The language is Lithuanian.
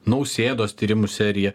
nausėdos tyrimų serija